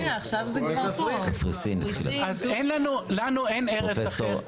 לנו אין ארץ אחרת.